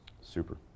Super